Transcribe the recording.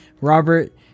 Robert